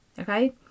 Okay